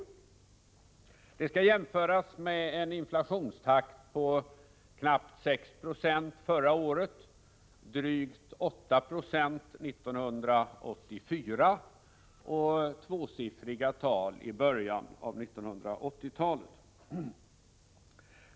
Detta skall jämföras med eninflationstakt på knappt 6 Yo förra året, drygt 8 20 1984 och tvåsiffriga tal i början av 1980-talet.